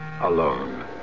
alone